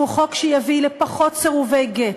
שהוא חוק שיביא לפחות סירובי גט,